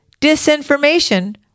disinformation